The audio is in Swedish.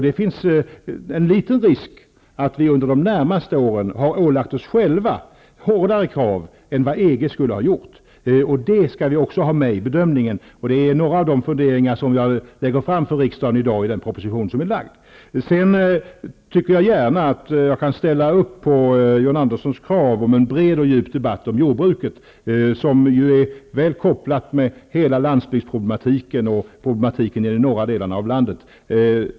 Det finns en liten risk för att vi under de senaste åren har ålagt oss själva hårdare krav än vad EG skulle ha gjort. Det skall vi ha med i bedömningen. Det är några av de funderingar som jag för fram i en för riksdagen framlagd proposition. Jag ställer gärna upp på John Anderssons krav på en bred och djup debatt om jordbruket. Detta är ju väl kopplat till hela landbygdsproblematiken och problematiken i de norra delarna av landet.